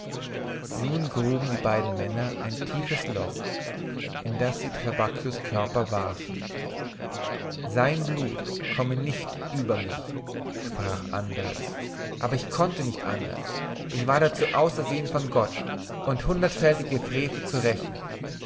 nun gruben die beiden männer ein tiefes loch in das sie trabacchios körper warfen sein blut komme nicht über mich sprach andres aber ich konnte nicht anders ich war dazu ausersehen von gott meinen georg zu retten und hundertfältige frevel zu rächen